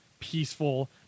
Peaceful